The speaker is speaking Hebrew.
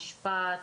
נשפט,